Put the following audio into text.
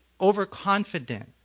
overconfident